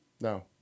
No